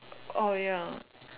oh ya